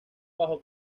bajo